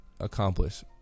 accomplish